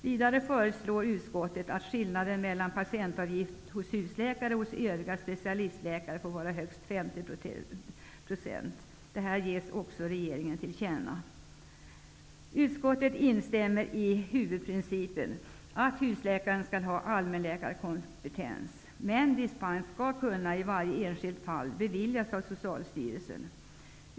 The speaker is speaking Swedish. Vidare föreslår utskottet att skillnaden mellan patientavgift hos husläkare och hos övriga specialistläkare får vara högst 50 %. Detta ges också regeringen till känna. Utskottet instämmer i huvudprincipen att husläkaren skall ha allmänläkarkompetens, men dispens skall i varje enskilt fall kunna beviljas av Socialstyrelsen.